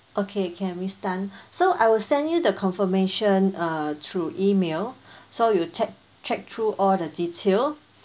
okay can miss tan so I will send you the confirmation uh through email so you check check through all the detail